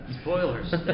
Spoilers